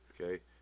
Okay